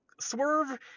Swerve